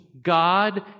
God